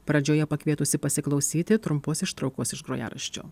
pradžioje pakvietusi pasiklausyti trumpos ištraukos iš grojaraščio